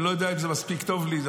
אני לא יודע אם זה מספיק טוב לי.